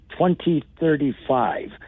2035